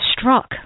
struck